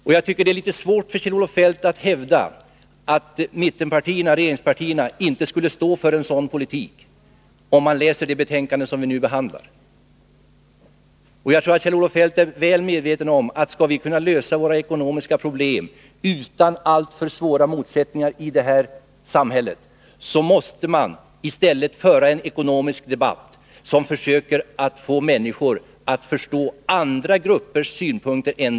Det måste vara svårt för Kjell-Olof Feldt att hävda att mittenpartierna, dvs. regeringen, inte står för en sådan politik, om han läser det betänkande som vi nu behandlar. Jag tror att Kjell-Olof Feldt är väl medveten om att vi, för att kunna lösa landets ekonomiska problem utan alltför svåra motsättningar i samhället, i stället måste föra en ekonomisk debatt där vi försöker få människor att förstå även andra gruppers synpunkter.